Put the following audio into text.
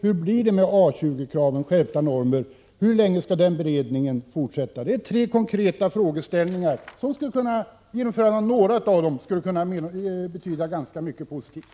Hur blir det med A 20-kraven om skärpning av normerna? Hur länge skall den beredningen på det området fortsätta att arbeta? Detta är tre konkreta frågeställningar. Om några av dessa saker genomfördes skulle det kunna betyda ganska mycket positivt.